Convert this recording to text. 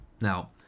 Now